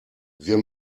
wir